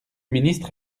ministre